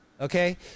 Okay